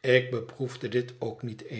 ik beproefde dit ook niet eens